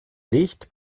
licht